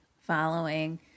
following